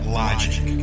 logic